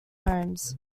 homes